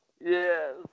Yes